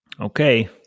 Okay